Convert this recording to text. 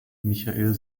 michael